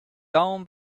down